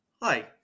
hi